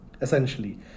essentially